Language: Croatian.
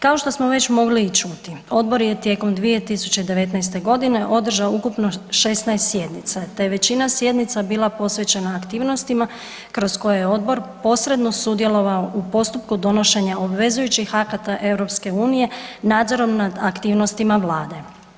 Kao što smo već mogli i čuti, odbor je tijekom 2019. g. održao ukupno 16 sjednica te je većina sjednica bila posvećena aktivnostima kroz koje je odbor posredno sudjelovao u postupku donošenja obvezujućih akata EU-a nadzorom nad aktivnostima Vlade.